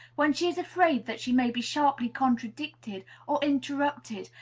when she is afraid that she may be sharply contradicted or interrupted,